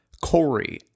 Corey